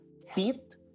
seat